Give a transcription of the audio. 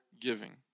giving